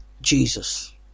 Jesus